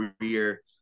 career